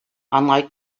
unlike